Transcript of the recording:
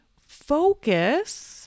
focus